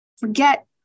forget